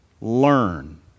Learn